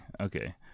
Okay